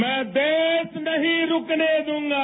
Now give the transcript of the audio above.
मैं देश नहीं रुकने दूंगा